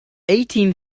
eighteen